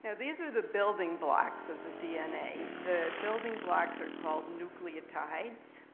and these are the building blocks of the dna. the building blocks are called nucleotides.